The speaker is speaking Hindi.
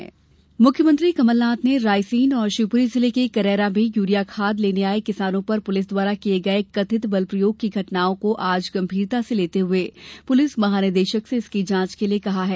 पुलिस बलप्रयोग मुख्यमंत्री कमलनाथ ने रायसेन और शिवपुरी जिले के करैरा में यूरिया खाद लेने आए किसानों पर पुलिस द्वारा किए गए कथित बलप्रयोग की घटनाओं को आज गंभीरता से लेते हुए पुलिस महानिदेशक से इनकी जांच के लिए कहा है